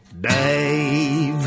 Dave